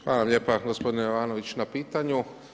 Hvala lijepa gospodine Jovanović na pitanju.